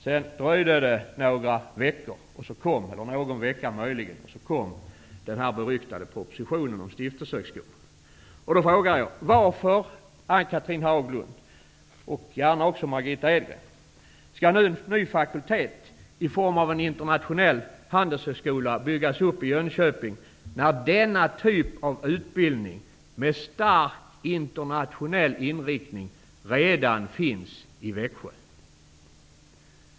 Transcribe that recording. Det dröjde några veckor, sedan kom den beryktade propositionen om stiftelsehögskolor. Edgren, skall nu en ny fakultet i form av en internationell handelshögskola byggas upp i Jönköping, när denna typ av utbildning med stark internationell inriktning redan finns i Växjö?